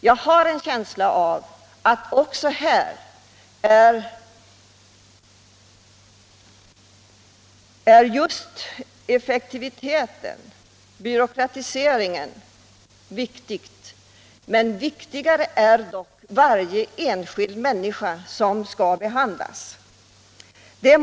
Jag har en känsla av att också här just effektiviteten och byråkratiseringen varit viktig. Viktigare bör dock varje enskild människa som skall behandlas vara.